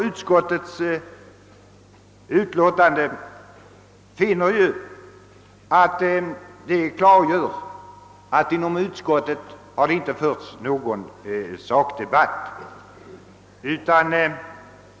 Utskottsmajoritetens utlåtande klargör att det inte har förts någon sakdebatt inom utskottet.